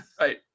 Right